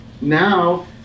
now